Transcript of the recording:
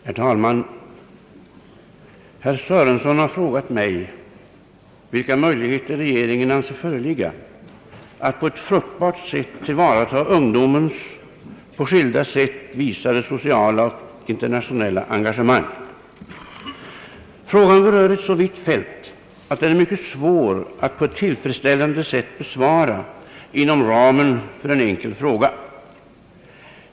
Herr talman! Herr Sörenson har frågat mig vilka möjligheter regeringen anser föreligga att på ett fruktbart sätt tillvarata ungdomens på skilda sätt visade sociala och internationella engagemang. Frågan berör ett så vitt fält, att den är mycket svår att på ett tillfredsställande sätt besvara inom ramen för en enkel fråga.